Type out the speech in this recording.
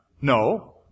no